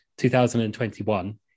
2021